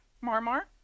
Marmar